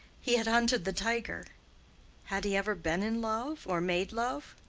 he had hunted the tiger had he ever been in love or made love?